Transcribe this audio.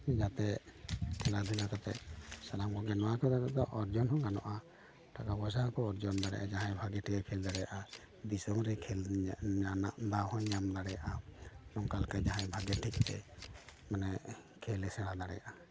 ᱡᱟᱛᱮ ᱠᱷᱮᱞᱟ ᱫᱷᱩᱞᱟ ᱠᱟᱛᱮᱫ ᱥᱟᱱᱟᱢ ᱠᱚᱜᱮ ᱱᱚᱣᱟ ᱠᱚ ᱨᱮᱫᱚ ᱚᱨᱡᱚᱱ ᱦᱚᱸ ᱜᱟᱱᱚᱜᱼᱟ ᱴᱟᱠᱟ ᱯᱚᱭᱥᱟ ᱦᱚᱸᱠᱚ ᱚᱨᱡᱚᱱ ᱫᱟᱲᱮᱭᱟᱜᱼᱟ ᱡᱟᱦᱟᱸᱭ ᱵᱷᱟᱜᱮ ᱴᱷᱤᱠᱮ ᱠᱷᱮᱞ ᱫᱟᱲᱮᱭᱟᱜᱼᱟ ᱫᱤᱥᱚᱢ ᱨᱮ ᱠᱷᱮᱞ ᱧᱮᱞ ᱧᱟᱢ ᱨᱮᱱᱟᱜ ᱫᱟᱣ ᱦᱚᱸᱭ ᱧᱟᱢ ᱫᱟᱲᱮᱭᱟᱜᱼᱟ ᱱᱚᱝᱠᱟ ᱞᱮᱠᱟ ᱡᱟᱦᱟᱸᱭ ᱵᱷᱟᱜᱮ ᱴᱷᱤᱠ ᱛᱮ ᱢᱟᱱᱮ ᱠᱷᱮᱞᱮ ᱥᱮᱬᱟ ᱫᱟᱲᱮᱭᱟᱜᱼᱟ